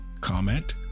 comment